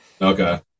Okay